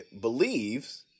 believes